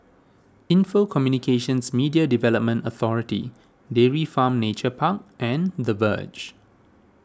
Info Communications Media Development Authority Dairy Farm Nature Park and the Verge